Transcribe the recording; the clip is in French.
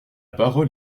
parole